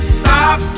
stop